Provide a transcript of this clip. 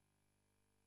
אני אבקש